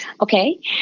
Okay